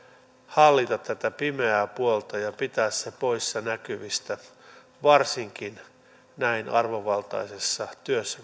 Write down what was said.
hallita tätä pimeää puolta ja pitää se poissa näkyvistä varsinkin näin arvovaltaisessa työssä